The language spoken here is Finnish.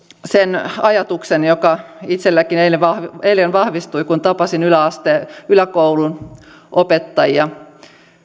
sen ajatuksen joka itsellänikin eilen vahvistui kun tapasin yläkoulun opettajia